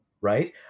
right